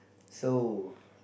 so